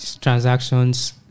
transactions